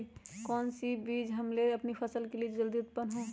कौन सी बीज ले हम अपनी फसल के लिए जो जल्दी उत्पन हो?